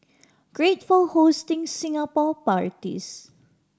great for hosting Singapore parties